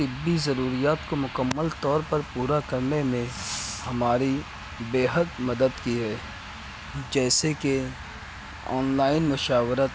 طبعی ضروریات کو مکمل طور پر پورا کرنے میں ہماری بےحد مدد کی ہے جیسے کہ آن لائن مشاورت